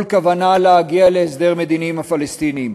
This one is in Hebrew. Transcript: כוונה להגיע להסדר מדיני עם הפלסטינים.